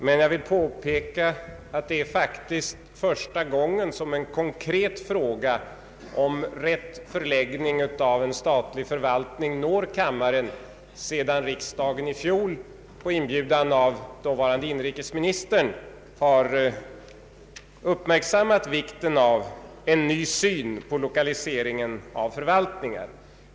Men jag vill påpeka att det faktiskt är första gången som en konkret fråga om rätt förläggning av en statlig förvaltning når kammaren sedan riksdagen i fjol på inbjudan av dåvarande inrikesministern har uppmärksammat vikten av en ny syn på lokaliseringen av förvaltningen.